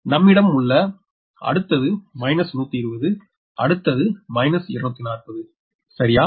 நம்மிடம் உள்ள அடுத்தது 120 அடுத்தது 240 சரியா